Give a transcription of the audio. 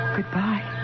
Goodbye